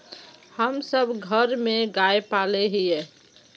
हम सब घर में गाय पाले हिये?